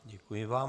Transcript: Děkuji vám.